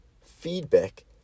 feedback